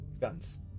guns